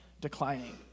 declining